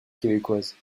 québécoise